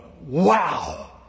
wow